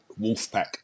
Wolfpack